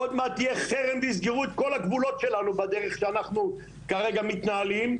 עוד מעט יהיה חרם ויסגרו את כל הגבולות שלנו בדרך שאנחנו כרגע מתנהלים,